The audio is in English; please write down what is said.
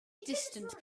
distant